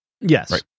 Yes